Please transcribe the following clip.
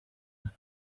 time